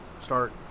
start